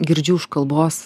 girdžiu už kalbos